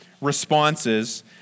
responses